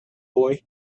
boy